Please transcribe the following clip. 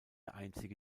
einzige